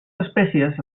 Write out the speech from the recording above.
espècies